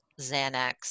Xanax